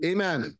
Amen